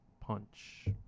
punch